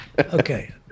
Okay